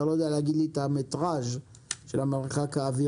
אתה יודע להגיד לי את המטרז' של המרחק האווירי